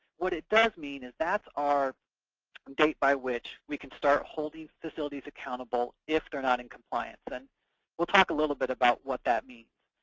what it does mean is that that's our date by which we can start holding facilities accountable if they're not in compliance, and we'll talk a little bit about what that means.